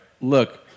look